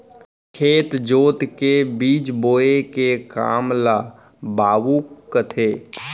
खेत जोत के बीज बोए के काम ल बाउक कथें